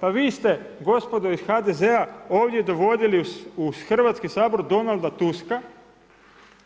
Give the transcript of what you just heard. Pa vi ste gospodo iz HDZ-a, ovdje dovodili u Hrvatski Donalda Tuska,